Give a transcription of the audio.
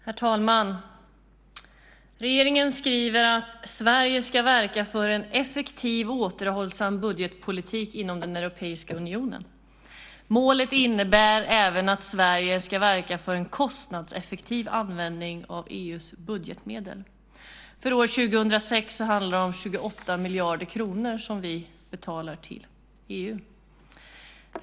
Herr talman! Regeringen skriver att Sverige ska verka för en effektiv och återhållsam budgetpolitik inom Europeiska unionen. Målet innebär även att Sverige ska verka för en kostnadseffektiv användning av EU:s budgetmedel. För år 2006 handlar det om 28 miljarder kronor som vi betalar till EU.